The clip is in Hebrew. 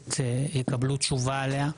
הכנסת יקבלו תשובה עליה.